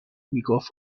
میگفت